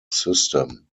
system